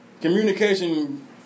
communication